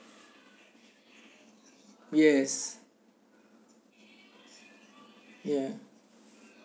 yes ya